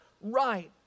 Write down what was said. right